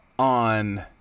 on